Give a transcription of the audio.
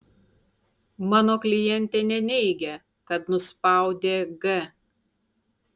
mano klientė neneigia kad nuspaudė g